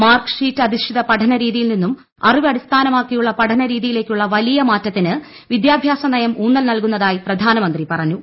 mark sheet അധിഷ്ഠിത പഠന രീതിയിൽ നിന്നും അറിവ് അടിസ്ഥാനത്തിലുള്ള പഠനരീതിയിലേയ്ക്കുള്ള വലിയ മാറ്റത്തിന് വിദ്യാഭ്യാസനയം ഉൌന്നൽ നൽകുന്നതായി പ്രധാനമന്ത്രി പറഞ്ഞു